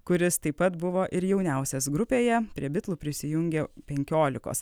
kuris taip pat buvo ir jauniausias grupėje prie bitlų prisijungė penkiolikos